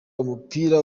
umupira